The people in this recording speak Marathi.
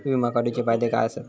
विमा काढूचे फायदे काय आसत?